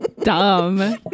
Dumb